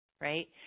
right